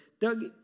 Doug